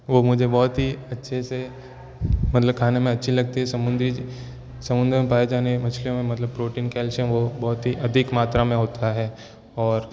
वो मझे बहुत ही अच्छे से मतलब खाने में अच्छी लगती है समुंद्री समुन्द्र में पाए जाने मछलियों में मतलब प्रोटीन कैल्शियम वो बहुत ही अधिक मात्रा में होता है और